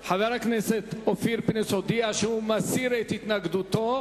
חבר הכנסת אופיר פינס הודיע שהוא מסיר את התנגדותו.